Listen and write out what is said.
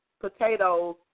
potatoes